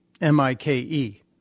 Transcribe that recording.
M-I-K-E